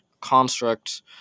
construct